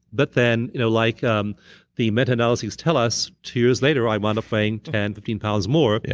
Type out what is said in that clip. but then, you know like um the meta-analyses tell us, two years later i wound up weighing ten, fifteen pounds more. yeah